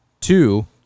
Two